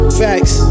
facts